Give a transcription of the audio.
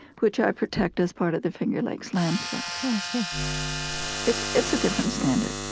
which i protect as part of the finger lakes land trust i see it's it's a different standard.